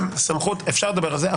סמכות אפשר לדבר על זה.